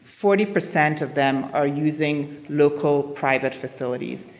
forty percent of them are using local private facilities.